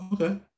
okay